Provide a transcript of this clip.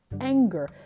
Anger